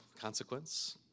consequence